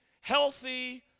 healthy